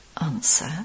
Answer